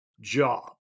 job